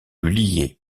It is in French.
lié